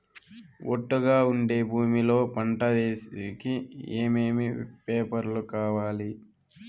ఒట్టుగా ఉండే భూమి లో పంట వేసేకి ఏమేమి పేపర్లు కావాలి?